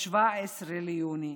ב-17 ביוני,